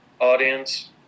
Audience